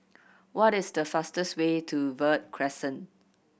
what is the fastest way to Verde Crescent